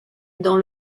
dans